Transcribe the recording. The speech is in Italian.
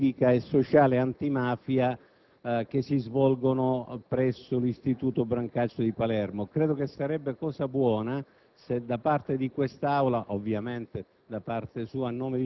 le attività di educazione civica e sociale antimafia che si svolgono presso l'istituto del quartiere Brancaccio di Palermo. Credo che sarebbe cosa buona